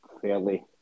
fairly